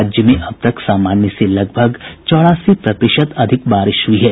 राज्य में अब तक सामान्य से लगभग चौरासी प्रतिशत अधिक बारिश हुई है